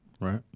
right